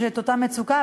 יש אותה מצוקה,